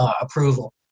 approval